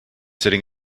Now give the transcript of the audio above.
sitting